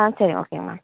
ஆ சரி ஓகேங்க மேம்